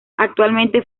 actualmente